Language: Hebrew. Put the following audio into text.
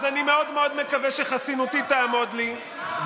אז אני מאוד מקווה שחסינותי תעמוד לי,